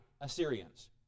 Assyrians